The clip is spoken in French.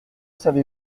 savez